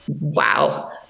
wow